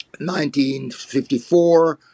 1954